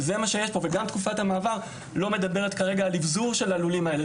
גם תקופת המעבר לא מדברת על אבזור של הלולים האלה.